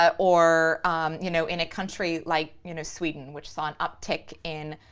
ah or you know, in a country like you know sweden, which saw an uptick in,